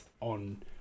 on